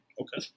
Okay